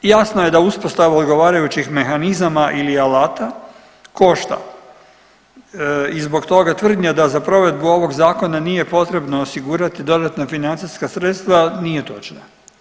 Jasno je da uspostava odgovarajućih mehanizama ili alata košta i zbog toga tvrdnja da za provedbu ovog zakona nije potrebno osigurati dodatna financijska sredstva nije točna.